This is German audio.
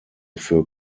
für